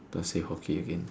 don't say hockey again